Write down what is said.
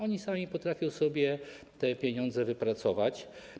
Oni sami potrafią sobie te pieniądze wypracować.